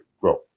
grow